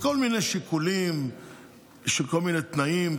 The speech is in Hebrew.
זה מכל מיני שיקולים של כל מיני תנאים,